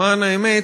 למען האמת,